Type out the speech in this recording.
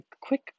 quick